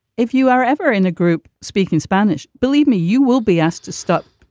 if you are ever in a group. speaking spanish. believe me, you will be asked to stop,